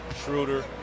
Schroeder